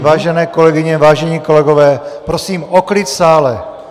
Vážené kolegyně, vážení kolegové, prosím o klid v sále.